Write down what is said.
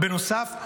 בנוסף,